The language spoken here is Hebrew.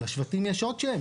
לשבטים יש עוד שם,